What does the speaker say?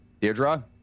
Deirdre